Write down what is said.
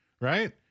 Right